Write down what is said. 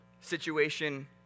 Situation